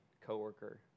coworker